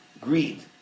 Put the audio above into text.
Greed